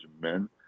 men